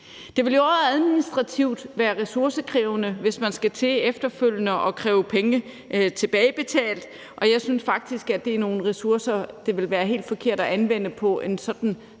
Det vil jo også administrativt være ressourcekrævende, hvis man skal til efterfølgende at opkræve penge, og jeg synes faktisk, det er nogle ressourcer, som det vil være helt forkert at anvende på en sådan